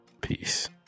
Peace